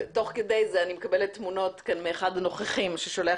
תוך כדי זה אני מקבלת תמונות מאחד הנוכחים כאן ששולח